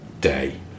day